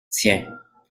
tiens